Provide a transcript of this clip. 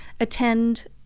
attend